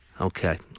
Okay